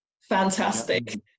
Fantastic